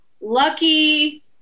lucky